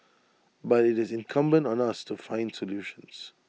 but IT is incumbent on us to find solutions